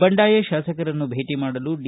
ಬಂಡಾಯ ಶಾಸಕರನ್ನು ಭೇಟ ಮಾಡಲು ಡಿ